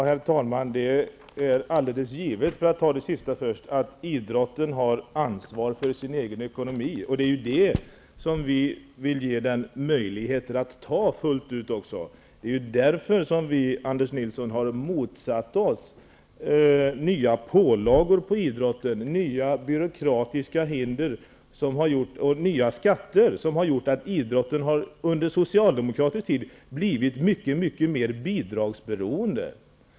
Herr talman! Det är alldeles givet att idrotten har ansvar för sin egen ekonomi. Vi vill också ge den möjligheter att fullt ut ta det ansvaret. Det är ju därför, Anders Nilsson, som vi har motsatt oss nya pålagor på idrotten, nya byråkratiska hinder, nya skatter, som har gjort att idrotten under socialdemokratisk tid har blivit mycket mer bidragsberoende.